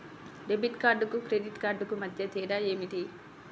Debit కార్డుకు credit కార్డుకు మధ్య తేడా ఏమిటీ?